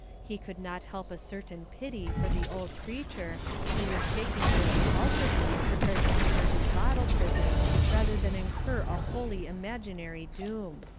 he could not help a certain pity for the old creature, who was shaking there convulsively prepared to re-enter his bottle-prison rather than incur a wholly imaginary doom.